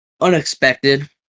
unexpected